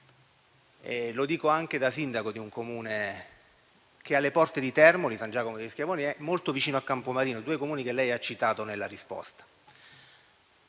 Lo dico anche da sindaco di un Comune che è alle porte di Termoli, cioè San Giacomo degli Schiavoni, che è molto vicino a Campomarino, due Comuni citati nella risposta.